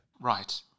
Right